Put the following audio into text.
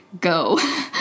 go